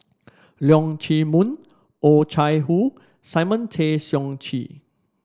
Leong Chee Mun Oh Chai Hoo Simon Tay Seong Chee